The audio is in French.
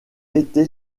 été